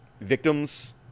victims